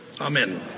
amen